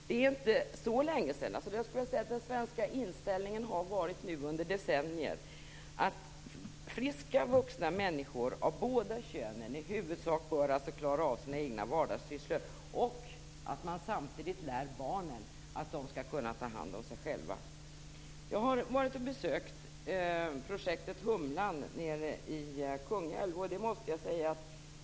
Den svenska inställningen har under decennier varit att friska vuxna människor av båda könen i huvudsak bör klara av sina egna vardagssysslor och att man samtidigt skall lära barnen att ta hand om sig själva. Jag har besökt projektet Humlan nere i Kungälv.